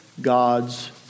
God's